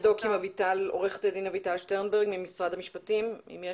עורכת הדין שטרנברג, התייחסות משרד המשפטים בבקשה.